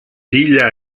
figlia